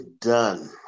done